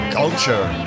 culture